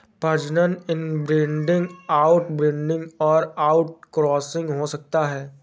प्रजनन inbreeding, outbreeding और outcrossing हो सकता है